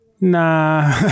nah